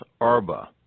Arba